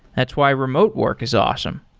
that's why remote work is awesome.